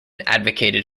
advocated